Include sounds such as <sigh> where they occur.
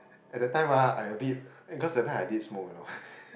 at the time ah I a bit cause the time I did smoke you know <laughs>